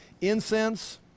incense